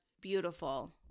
beautiful